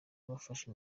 bafashe